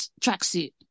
tracksuit